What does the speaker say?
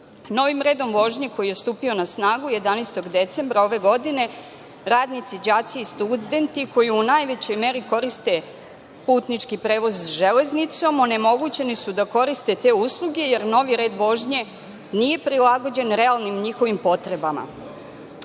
redom vožnje koji je stupio na snagu 11. decembra ove godine, radnici, đaci i studenti, koji u najvećoj meri korite putnički prevoz železnicom, onemogućeni su da koriste te usluge jer novi red vožnje nije prilagođen realnim njihovim potrebama,